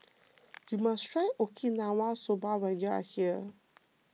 you must try Okinawa Soba when you are here